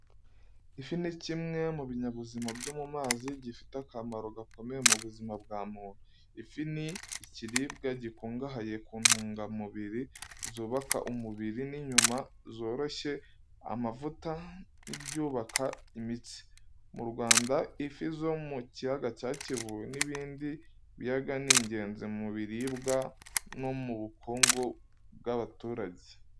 Ifi ni kimwe mu binyabuzima byo mu mazi gifite akamaro gakomeye mu buzima bwa muntu. Ifi ni ikiribwa gikungahaye ku ntungamubiri zubaka umubiri n’inyama zoroshye, amavuta n’ibyubaka imitsi. Mu Rwanda, ifi zo mu kiyaga cya Kivu n’ibindi biyaga ni ingenzi mu biribwa no mu bukungu bw’abaturage.